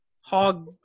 Hog